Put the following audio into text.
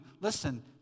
listen